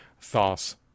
thoughts